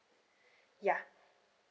ya